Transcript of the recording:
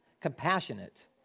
compassionate